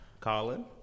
Colin